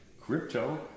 crypto